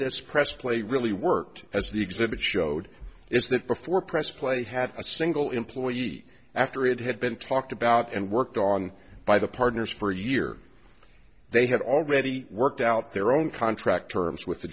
this press play really worked as the exhibit showed is that before press play had a single employee after it had been talked about and worked on by the partners for a year they had already worked out their own contract terms with